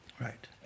Right